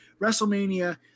WrestleMania